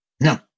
No